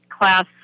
class